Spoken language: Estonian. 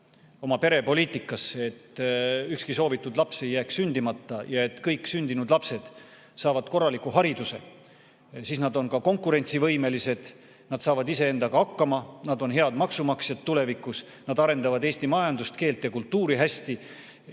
oma perepoliitikasse, et ükski soovitud laps ei jääks sündimata ja et kõik sündinud lapsed saaksid korraliku hariduse, siis nad on konkurentsivõimelised, nad saavad iseendaga hakkama, nad on head maksumaksjad tulevikus, nad arendavad Eesti majandust, keelt ja kultuuri hästi.